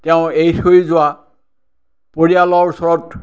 তেওঁৰ এৰি থৈ যোৱা পৰিয়ালৰ ওচৰত